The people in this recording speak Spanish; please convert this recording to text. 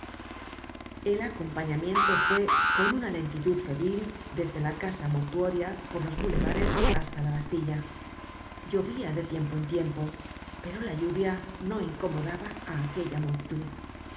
el acompañamiento fué con una lentitud febril desde la casa mortuoria por los boulevares hasta la bastilla llovia de tiempo en tiempo pero la lluvia no incomodaba á aquella multitud